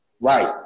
Right